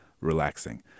relaxing